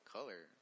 Color